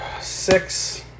Six